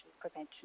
prevention